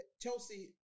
Chelsea